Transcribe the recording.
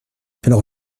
alors